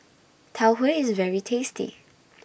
Tau Huay IS very tasty